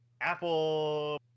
Apple